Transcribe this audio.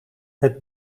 het